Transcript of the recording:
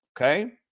Okay